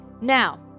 Now